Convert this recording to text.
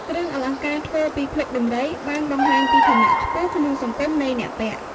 គ្រឿងអលង្ការធ្វើពីភ្លុកដំរី បានបង្ហាញពីឋានៈខ្ពស់ក្នុងសង្គមនៃអ្នកពាក់។